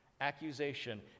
Accusation